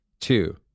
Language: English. two